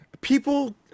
People